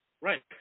Right